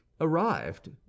arrived